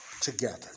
together